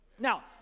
Now